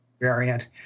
variant